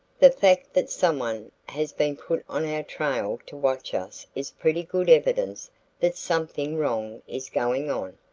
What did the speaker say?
the fact that someone has been put on our trail to watch us is pretty good evidence that something wrong is going on,